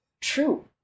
true